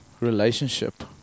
relationship